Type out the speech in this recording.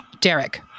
Derek